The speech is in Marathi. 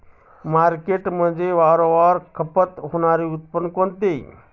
मार्केटमध्ये वारंवार खपत होणारे उत्पादन कोणते?